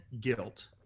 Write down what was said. guilt